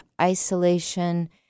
isolation